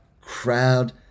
crowd